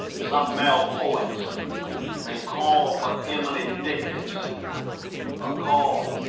some male poets may call for emily dickinson, or call